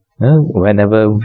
whenever